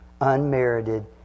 unmerited